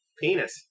Penis